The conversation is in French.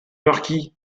marquis